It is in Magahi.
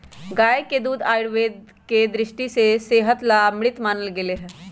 गाय के दूध आयुर्वेद के दृष्टि से सेहत ला अमृत मानल गैले है